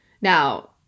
Now